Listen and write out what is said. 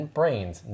Brains